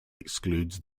excludes